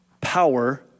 power